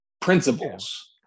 Principles